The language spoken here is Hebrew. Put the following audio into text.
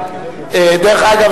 דרך אגב,